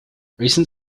recent